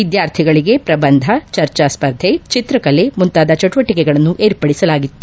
ವಿದ್ಯಾರ್ಥಿಗಳಿಗೆ ಪ್ರಬಂಧ ಚರ್ಚಾ ಸ್ಪರ್ಧ ಚಿತ್ರಕಲೆ ಮುಂತಾದ ಚಟುವಟಕೆಗಳನ್ನು ಏರ್ಪಡಿಸಲಾಗಿತ್ತು